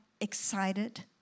excited